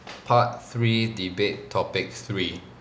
part three debate topic three